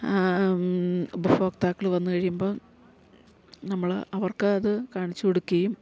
ഉപഭോക്താക്കള് വന്ന് കഴിയുമ്പം നമ്മള് അവർക്ക് അത് കാണിച്ച് കൊടുക്കുകയും